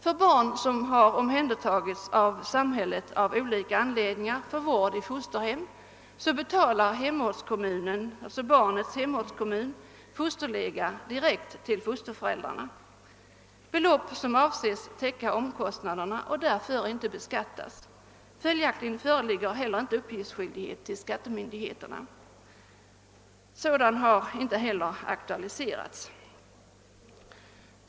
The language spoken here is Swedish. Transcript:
För barn som omhän dertagits av samhället av olika anledningar för vård i fosterhem betalar barnets hemortskommun fosterlega direkt till fosterföräldrarna. Beloppet i fråga avses täcka omkostnaderna och skall därför inte beskattas. Följaktligen föreligger icke heller uppgiftsskyldighet till skattemyndigheten. Sådan har icke heller aktualiserats.